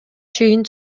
чейин